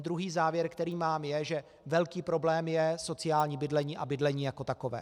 Druhý závěr, který mám, je, že velký problém je sociální bydlení a bydlení jako takové.